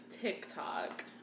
TikTok